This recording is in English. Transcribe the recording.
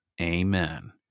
Amen